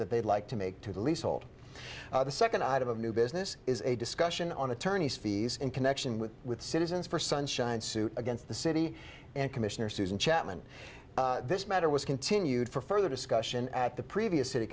that they'd like to make to the lease hold the second item of new business is a discussion on attorney's fees in connection with with citizens for sunshine suit against the city and commissioner susan chatman this matter was continued for further discussion at the previous city